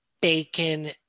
bacon